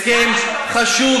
הסכם חשוב,